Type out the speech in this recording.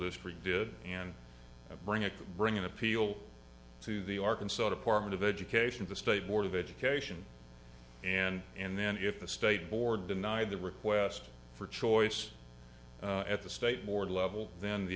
district did and bring it bring an appeal to the arkansas department of education the state board of education and and then if the state board denied the request for choice at the state more level then the